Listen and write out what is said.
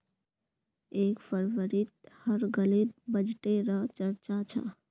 एक फरवरीत हर गलीत बजटे र चर्चा छ